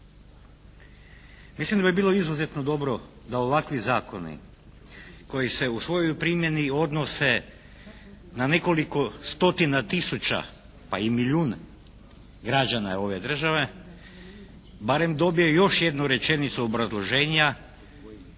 Mislim da bi bilo izuzetno dobro da ovakvi zakonu koji se u svojoj primjeni odnose na nekoliko stotina tisuća, pa i milijune građana ove države barem dobije još jednu rečenicu obrazloženja